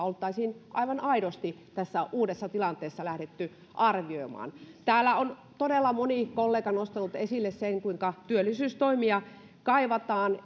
oltaisiin aivan aidosti tässä uudessa tilanteessa lähdetty arvioimaan täällä on todella moni kollega nostanut esille sen kuinka työllisyystoimia kaivataan